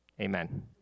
Amen